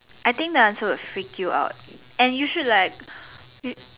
I think the answer will freak you out and you should like